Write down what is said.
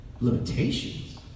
Limitations